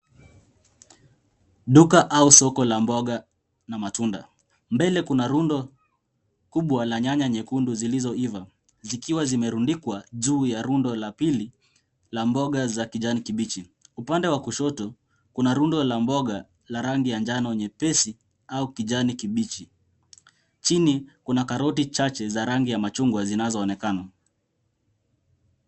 Duka au soko la mboga na matunda. Mbele kuna rundo kubwa la nyanya nyekundu zilizoiva zikiwa zimerundikwa juu ya rundo la pili la mboga za kijani kibichi. Upande wa kushoto kuna rundo la mboga ya rangi ya njano nyepesi au kijani kibichi,l. Chini kuna karoti chache za rangi ya machungwa zinazoonekana.